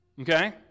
okay